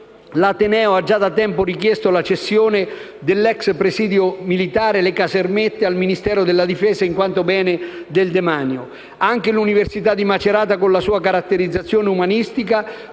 l'ateneo ha già da tempo richiesto la cessione dell'ex presidio militare delle «Casermette» al Ministero della difesa in quanto bene del demanio. Anche l'università di Macerata, con la sua caratterizzazione umanistica,